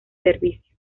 servicio